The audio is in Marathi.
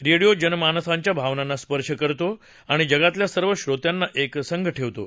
रेडिओ जनमानसाच्या भावनांना स्पर्श करतो आणि जगातल्या सर्व श्रोत्यांना एकसंघ ठेवतो